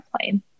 plane